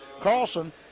Carlson